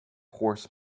horse